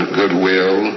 goodwill